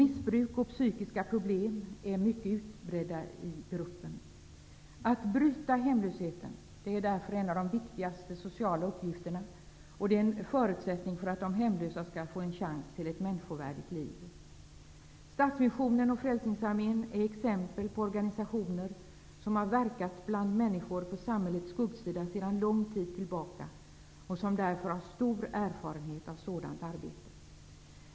Missbruk och psykiska problem är mycket utbredda företeelser i gruppen. Att bryta hemlösheten är en av de viktigaste sociala uppgifterna och en förutsättning för att de hemlösa skall få en chans till ett människovärdigt liv. Stadsmissionen och Frälsningsarmén är exempel på organisationer som har verkat bland människor på samhällets skuggsida sedan lång tid tillbaka och som därför har stor erfarenhet av sådant arbete.